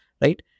right